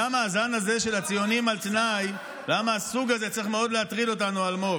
למה הסוג הזה צריך מאוד להטריד אותנו, אלמוג?